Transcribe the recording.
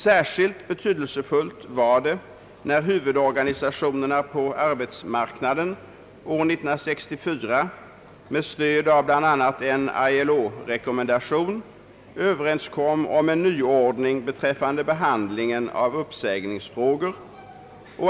Särskilt betydelsefullt var att huvudorganisationerna på arbetsmarknaden år 1964 med stöd av bl.a. en ILO-rekommendation överenskom om en nyordning beträffande behandlingen av uppsägningsfrågor.